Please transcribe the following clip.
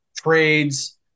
trades